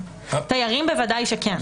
תיירים, בוודאי שכן.